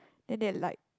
then they like